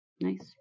Nice